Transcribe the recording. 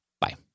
Bye